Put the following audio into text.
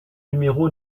numéro